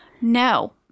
No